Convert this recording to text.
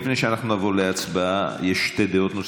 לפני שאנחנו נעבור להצבעה יש שתי דעות נוספות.